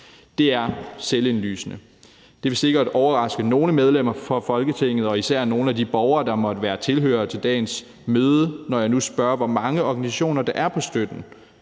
Det er selvindlysende. Det vil sikkert overraske nogle medlemmer af Folketinget og især nogle af de borgere, der måtte være tilhørere til dagens møde, når jeg nu spørger, hvor mange organisationer der er på støtten.